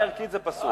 מבחינה ערכית זה פסול.